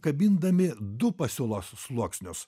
kabindami du pasiūlos sluoksnius